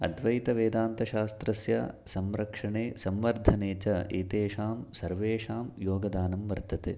अद्वैतवेदान्तशास्त्रस्य संरक्षणे संवर्धने च एतेषां सर्वेषां योगदानं वर्तते